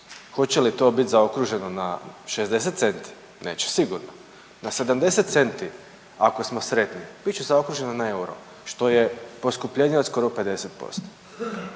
Hoće li to biti zaokruženo na 60 centi? Neće sigurno. Na 70 centi ako smo sretni? Bit će zaokruženo na euro što je poskupljenje od skoro 50%.